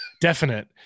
Definite